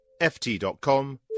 ft.com